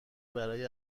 برای